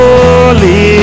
Holy